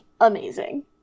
amazing